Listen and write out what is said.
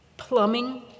plumbing